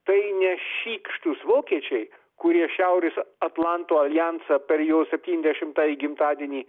tai ne šykštūs vokiečiai kurie šiaurės atlanto aljansą per jo septyniasdešimtąjį gimtadienį